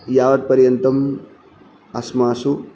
यावत्पर्यन्तम् अस्मासु